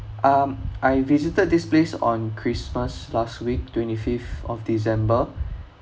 um I visited this place on christmas last week twenty fifth of december